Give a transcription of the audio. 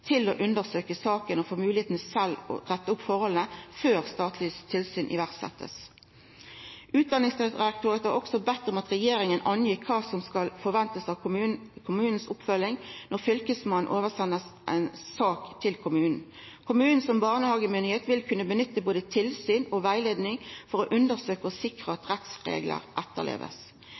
til å undersøkja saka og få moglegheita til sjølv å retta opp forholda før statleg tilsyn blir sett i verk. Utdanningsdirektoratet har også bedt om at regjeringa opplyser om kva som skal kunna forventast av kommunens oppfølging når Fylkesmannen sender over ein sak til kommunen. Kommunen som barnehagemyndigheit vil kunna nytta både tilsyn og rettleiing for å undersøkja og sikra at